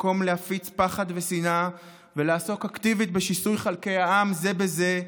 במקום להפיץ פחד ושנאה ולעסוק אקטיבית בשיסוי חלקי העם זה בזה,